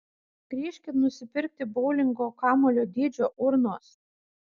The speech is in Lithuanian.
grįžkit nusipirkti boulingo kamuolio dydžio urnos